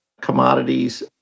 commodities